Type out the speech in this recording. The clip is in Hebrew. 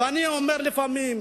ואני אומר לפעמים: